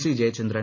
C Jayachandran